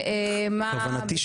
כוונתי,